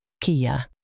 Kia